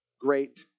great